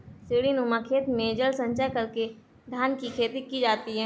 सीढ़ीनुमा खेत में जल संचय करके धान की खेती की जाती है